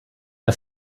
der